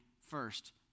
first